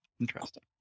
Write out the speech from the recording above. Interesting